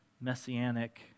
messianic